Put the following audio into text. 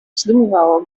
zdumiewało